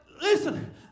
Listen